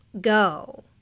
go